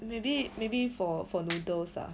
maybe maybe for for noodles ah